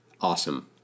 awesome